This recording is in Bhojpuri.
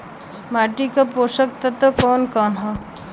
माटी क पोषक तत्व कवन कवन ह?